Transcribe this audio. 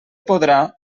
podrà